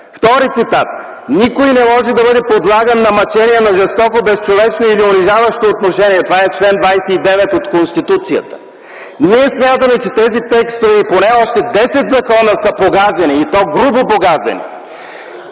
Втори цитат: „Никой не може да бъде подлаган на мъчение, на жестоко, безчовечно или унижаващо отношение...” Това е чл. 29 от Конституцията. Ние смятаме, че тези текстове и поне още десет закона са погазени, и то грубо погазени.